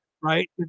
right